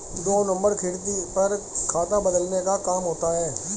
दो नंबर खिड़की पर खाता बदलने का काम होता है